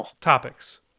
topics